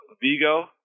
Vigo